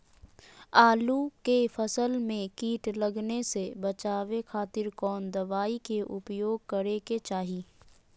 आलू के फसल में कीट लगने से बचावे खातिर कौन दवाई के उपयोग करे के चाही?